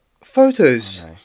photos